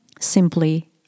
simply